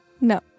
No